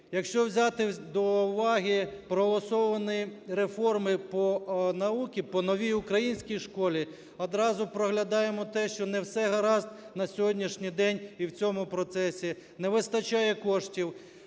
Якщо взяти до уваги проанансовані реформи по науці, по новій українській школі, одразу проглядаємо те, що не все гаразд на сьогоднішній день і в цьому процесі. Не вистачає коштів.